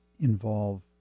involve